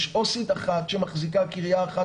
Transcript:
יש עובדת סוציאלית אחת שמחזיקה את אחת